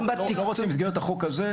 כמניין חוקי מינימלי?